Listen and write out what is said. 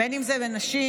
בין שזה בנשים,